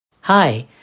Hi